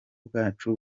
bwacu